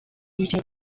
mikino